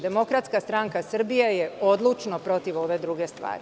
Demokratska stranka Srbije je odlučno protiv ove druge stvari.